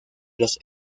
los